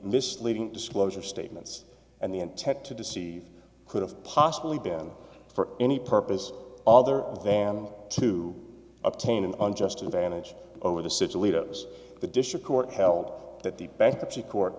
misleading disclosure statements and the intent to deceive could have possibly been for any purpose other than to obtain an unjust advantage over the city leaders the district court held that the bankruptcy court